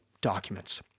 documents